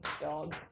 dog